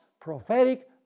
prophetic